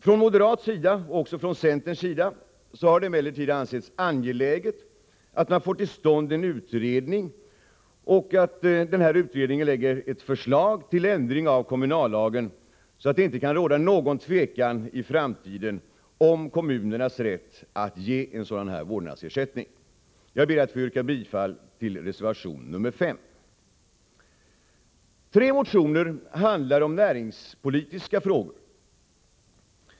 Från moderat sida — och också från centerns sida — har det emellertid ansetts angeläget att man får till stånd en utredning och att denna lägger fram ett förslag till ändring av kommunallagen, så att det inte kan råda någon tvekan i framtiden om kommunernas rätt att ge en sådan här vårdnadsersättning. Jag ber att få yrka bifall till reservation 5. Tre motioner handlar om näringspolitiska frågor.